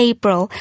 April